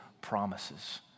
promises